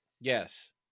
Yes